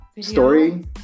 Story